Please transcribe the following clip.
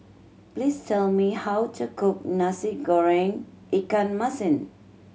please tell me how to cook Nasi Goreng ikan masin